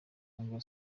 ngo